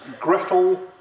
Gretel